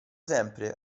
sempre